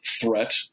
threat